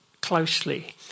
closely